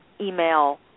email